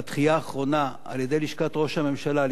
על-ידי לשכת ראש הממשלה לדחות את החוק,